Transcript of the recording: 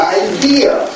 idea